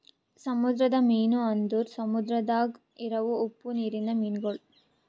ಸಮುದ್ರದ ಮೀನು ಅಂದುರ್ ಸಮುದ್ರದಾಗ್ ಇರವು ಉಪ್ಪು ನೀರಿಂದ ಮೀನುಗೊಳ್